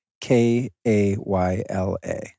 K-A-Y-L-A